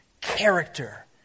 character